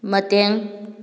ꯃꯇꯦꯡ